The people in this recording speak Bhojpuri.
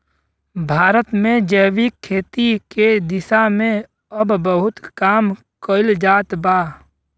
भारत में जैविक खेती के दिशा में अब बहुत काम कईल जात बा